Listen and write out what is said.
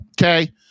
okay